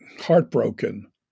heartbroken